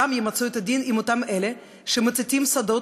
גם ימצו את הדין עם אותם אלה שמציתים שדות